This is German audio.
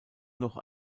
noch